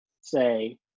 say